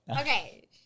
Okay